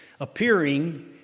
appearing